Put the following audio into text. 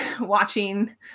watching